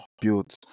build